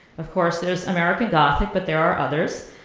of course there's american gothic, but there are others.